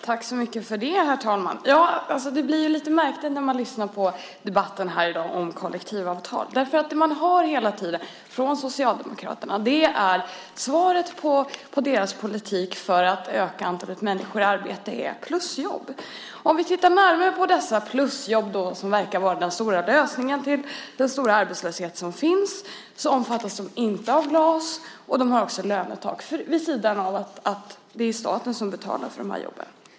Herr talman! Det blir lite märkligt när man lyssnar på debatten här i dag om kollektivavtal. Det man hör hela tiden från Socialdemokraterna är att deras svar och deras politik för att öka antalet människor i arbete är plusjobb. Om vi tittar närmare på dessa plusjobb som verkar vara den stora lösningen på den stora arbetslöshet som finns så omfattas de inte av LAS. De har också lönetak, vid sidan av att det är staten som betalar för de jobben.